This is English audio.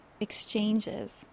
exchanges